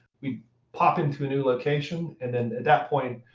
we'd pop into a new location. and then, at that point,